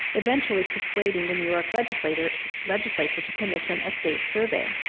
eventually persuading the new york legislature legislature to commission a state survey.